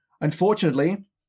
unfortunately